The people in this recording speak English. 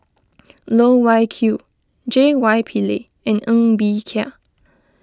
Loh Wai Kiew J Y Pillay and Ng Bee Kia